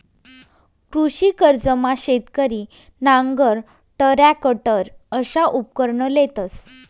कृषी कर्जमा शेतकरी नांगर, टरॅकटर अशा उपकरणं लेतंस